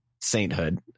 Sainthood